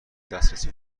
دسترسی